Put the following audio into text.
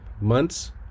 months